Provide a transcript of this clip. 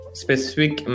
specific